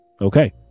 Okay